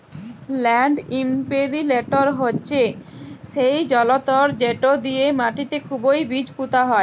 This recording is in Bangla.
ল্যাল্ড ইমপিরিলটর হছে সেই জলতর্ যেট দিঁয়ে মাটিতে খুবই বীজ পুঁতা হয়